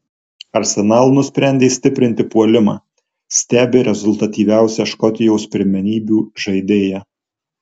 arsenal nusprendė stiprinti puolimą stebi rezultatyviausią škotijos pirmenybių žaidėją